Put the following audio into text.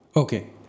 Okay